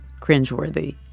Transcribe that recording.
cringeworthy